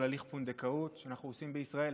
הליך פונדקאות שאנחנו עושים בישראל.